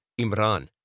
Imran